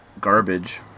garbage